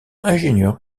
ingénieur